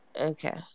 Okay